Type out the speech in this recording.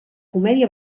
comèdia